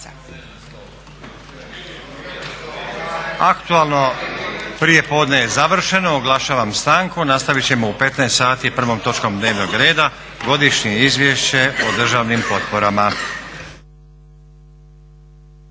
Aktualno prijepodne je završeno. Oglašavam stanku. Nastavit ćemo u 15 sati prvom točkom dnevnog reda Godišnje Izvješće o državnim potporama.